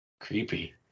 Creepy